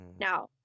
Now